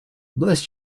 bless